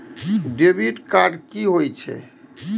Debit card की होय छेय?